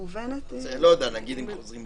מובנת היא נגישה.